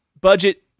budget